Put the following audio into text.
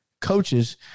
coaches